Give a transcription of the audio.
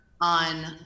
on